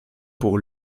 pour